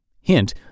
hint